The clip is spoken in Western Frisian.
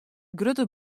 grutte